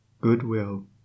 goodwill